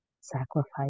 sacrifice